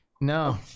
no